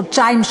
חודשיים,